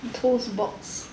toast box